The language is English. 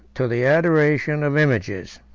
to the adoration, of images.